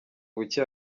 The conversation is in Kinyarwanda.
buke